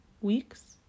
weeks